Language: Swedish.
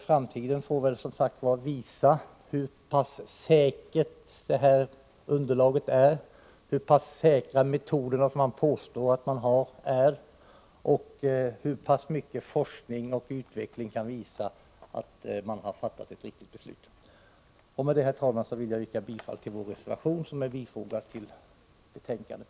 Framtiden får ge besked om huruvida denna metod är så säker som man påstår, och forskning och utvecklingsverksamhet får visa om man fattat ett riktigt beslut. Med detta, herr talman, ber jag att få yrka bifall till vår reservation vid detta avsnitt.